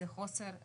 שהיא חוסר ראיות.